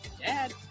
Dad